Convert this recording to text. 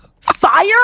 Fire